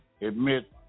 admit